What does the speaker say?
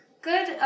Good